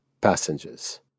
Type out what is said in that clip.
passengers